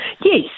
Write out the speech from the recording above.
Yes